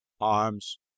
arms